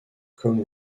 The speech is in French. comme